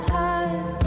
time